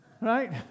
Right